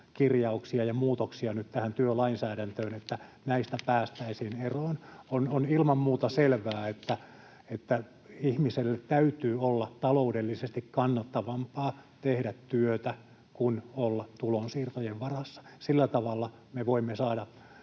ja muutoksia työlainsäädäntöön, että näistä päästäisiin eroon. On ilman muuta selvää, että ihmiselle täytyy olla taloudellisesti kannattavampaa tehdä työtä kuin olla tulonsiirtojen varassa. Sillä tavalla me voimme saada